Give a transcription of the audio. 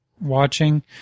watching